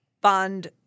Bond